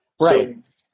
Right